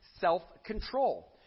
self-control